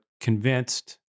convinced